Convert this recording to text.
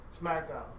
SmackDown